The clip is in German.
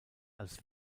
als